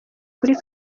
kuri